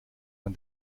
man